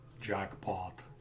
jackpot